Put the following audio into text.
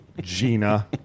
Gina